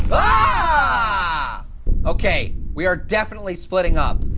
ah okay, we are definitely splitting up.